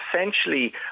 essentially